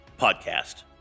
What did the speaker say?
podcast